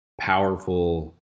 powerful